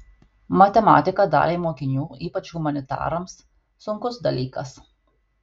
matematika daliai mokinių ypač humanitarams sunkus dalykas